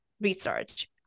research